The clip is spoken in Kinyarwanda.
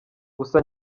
gusa